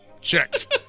check